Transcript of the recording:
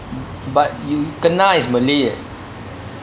but you kena is malay eh